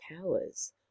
powers